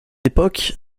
époque